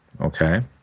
Okay